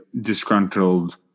disgruntled